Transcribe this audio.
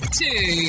two